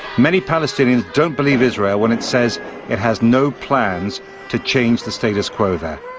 many palestinians don't believe israel when it says it has no plans to change the status quo there.